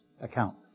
account